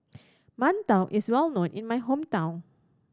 mantou is well known in my hometown